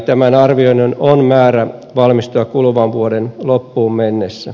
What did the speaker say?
tämän arvioinnin on määrä valmistua kuluvan vuoden loppuun mennessä